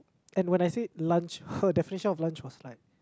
and when I say lunch her definition of lunch was like